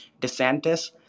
DeSantis